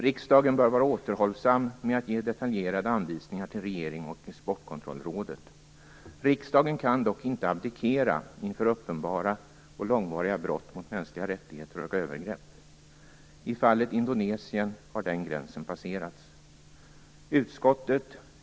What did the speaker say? Riksdagen bör vara återhållsam med att ge detaljerade anvisningar till regeringen och Exportkontrollrådet. Riksdagen kan dock inte abdikera inför uppenbara och långvariga brott mot mänskliga rättigheter och övergrepp. I fallet Indonesien har den gränsen passerats.